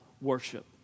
worship